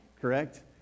Correct